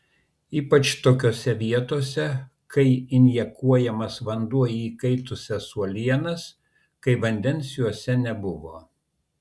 ypač tokiose vietose kai injekuojamas vanduo į įkaitusias uolienas kai vandens juose nebuvo